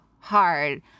hard